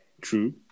True